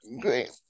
Great